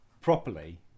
properly